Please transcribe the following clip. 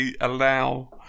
allow